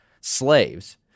slaves